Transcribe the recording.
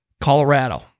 Colorado